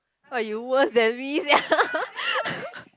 !wah! you worse than me sia